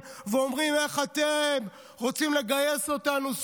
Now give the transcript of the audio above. ואומרים: איך אתם רוצים לגייס אותנו,